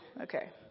Okay